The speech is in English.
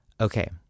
Okay